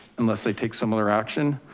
unless they take similar action.